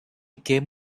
came